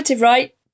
right